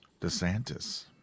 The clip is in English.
DeSantis